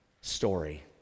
story